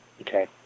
okay